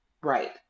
right